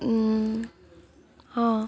ହୁଁ ହଁ